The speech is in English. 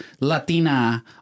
Latina